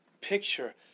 Picture